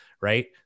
right